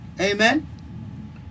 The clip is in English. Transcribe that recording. amen